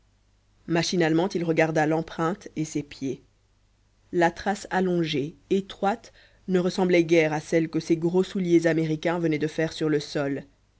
machinalement il regarda l'empreinte et ses pieds la trace allongée étroite ne ressemblait guère à celle que ses gros souliers américains venaient de faire sur le sol